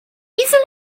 easily